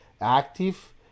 active